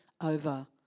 over